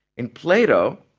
in plato,